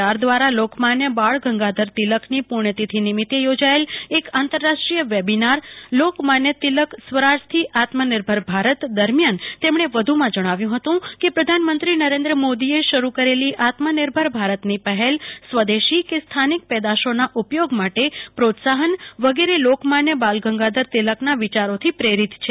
R દ્રારા Lokmanya Bal Gangadhar તિલકની પુસ્થતિથી નિમિતે યોજાયેલા એક આંતરાષ્ટ્રીય વેબીનાર લોક માન્ય તિલક સ્વરાજથી આત્મનિર્ભર ભારત દરમ્યાન તેમણે વધુ માં જણાવ્યુ હતું કે પ્રધાનમંત્રી નરેન્દ્ર મોદીએ શરૂ કરેલી આત્મનિર્ભર ભારતની પહેલ સ્વદેશી સ્થાનિક પેદાશોના ઉપથોગ માટે પ્રોત્સાફન વગેરે લોકમાન્ય બાલગંગાધર તિલકના વિચારોથી પ્રેરીત છે